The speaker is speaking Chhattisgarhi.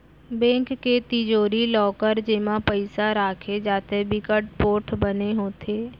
बेंक के तिजोरी, लॉकर जेमा पइसा राखे जाथे बिकट पोठ बने होथे